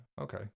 okay